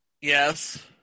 Yes